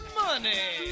money